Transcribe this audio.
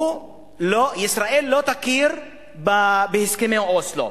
ישראל לא תכיר בהסכמי אוסלו.